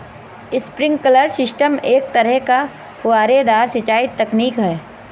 sprinkler system एक तरह का फुहारेदार सिंचाई तकनीक है